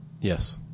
Yes